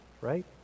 right